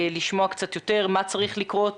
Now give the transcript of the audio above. לשמוע קצת יותר מה צריך לקרות